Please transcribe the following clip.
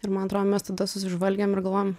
ir man atro mes tada susižvalgėm ir galvojom